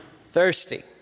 Thirsty